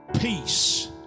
peace